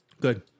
Good